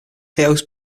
hosts